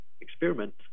experiment